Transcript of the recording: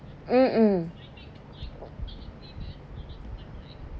mm mm